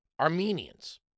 Armenians